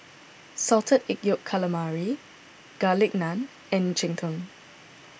Salted Egg Yolk Calamari Garlic Naan and Cheng Tng